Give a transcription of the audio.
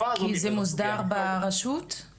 וזה מוסדר ברשות,